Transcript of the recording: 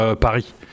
Paris